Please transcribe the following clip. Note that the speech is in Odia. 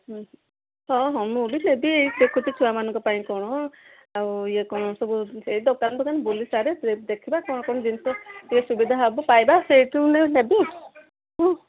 ହଁ ହଁ ହଁ ମୁଁ ବି ସେବି ଦେଖୁଛି ଛୁଆମାନଙ୍କ ପାଇଁ କ'ଣ ଆଉ ଇଏ କ'ଣ ସବୁ ସେଇ ଦୋକାନ ଦୋକାନ ବୁଲିସାରେ ସେ ଦେଖିବା କ'ଣ କ'ଣ ଜିନିଷ ଟିକେ ସୁବିଧା ହବ ପାଇବା ସେଇଠୁ ନେବି ହଁ